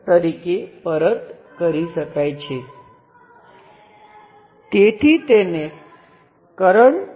હવે ચાલો આ નોડ અને તે નોડ પરનાં વોલ્ટેજને ધ્યાનમાં લઈએ